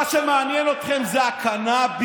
מה שמעניין אתכם זה הקנביס,